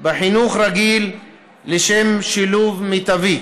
בחינוך רגיל לשם שילוב מיטבי.